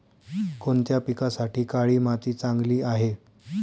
कोणत्या पिकासाठी काळी माती चांगली आहे?